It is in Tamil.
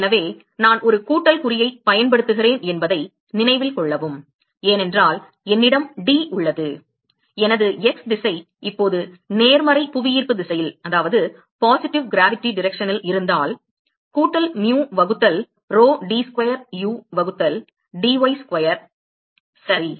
எனவே நான் ஒரு கூட்டல் குறியைப் பயன்படுத்துகிறேன் என்பதை நினைவில் கொள்ளவும் ஏனென்றால் என்னிடம் d உள்ளது எனது x திசை இப்போது நேர்மறை புவியீர்ப்பு திசையில் இருந்தால் கூட்டல் mu வகுத்தல் rho d ஸ்கொயர் u வகுத்தல் dy ஸ்கொயர் சரி